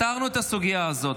פתרנו את הסוגיה הזאת.